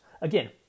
Again